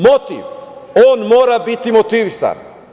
Motiv, on mora biti motivisan.